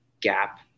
gap